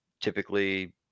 Typically